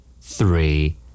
Three